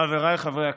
חבריי חברי הכנסת,